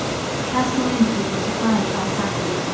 a personal interview was declined by saladin,